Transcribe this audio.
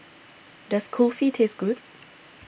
does Kulfi taste good